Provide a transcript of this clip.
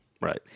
Right